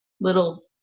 little